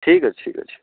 ଠିକ୍ ଅଛି ଠିକ୍ ଅଛି